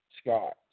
Scott